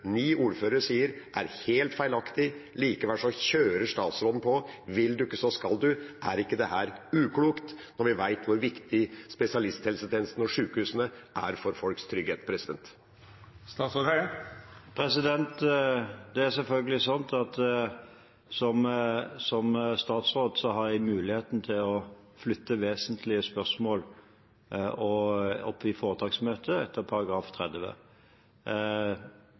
sier er helt feilaktig. Likevel kjører statsråden på – vil du ikke, så skal du! Er ikke dette uklokt når vi vet hvor viktig spesialisthelsetjenesten og sykehusene er for folks trygghet? Det er selvfølgelig sånn at som statsråd har jeg muligheten til å flytte vesentlige spørsmål opp i foretaksmøtet etter helseforetaksloven § 30.